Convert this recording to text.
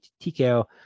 TKO